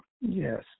Yes